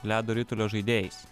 ledo ritulio žaidėjais